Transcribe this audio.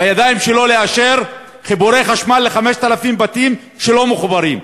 בידיים שלו לאשר חיבורי חשמל ל-5,000 בתים שלא מחוברים.